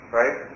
right